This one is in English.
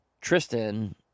Tristan